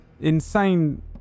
insane